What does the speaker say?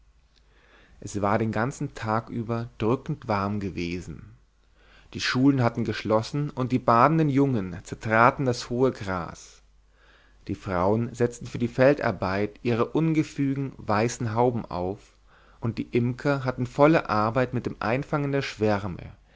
es war den tag über drückend warm gewesen die schulen hatten geschlossen und die badenden jungen zertraten das hohe gras die frauen setzten für die feldarbeit ihre ungefügen weißen hauben auf und die imker hatten volle arbeit mit dem einfangen der schwärme